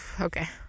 Okay